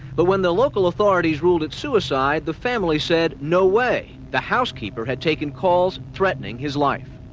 but when the local authorities ruled it suicide, the family said, no way. the housekeeper had taken calls threatening his life.